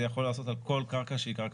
זה יכול להיעשות על כל קרקע שהיא קרקע